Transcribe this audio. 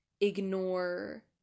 ignore